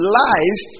life